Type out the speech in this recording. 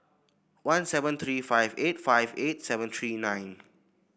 one seven three five eight five eight seven three nine